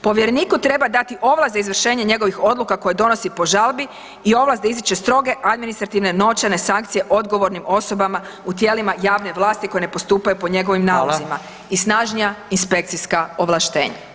Povjereniku treba dati ovlast za izvršenje njegovih odluka koje donosi po žalbi i ovlast da izriče stroge administrativne novčane sankcije odgovornim osobama u tijelima javne vlasti koje ne postupaju po njegovim nalozima [[Upadica: Hvala.]] i snažnija inspekcijska ovlaštenja.